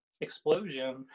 explosion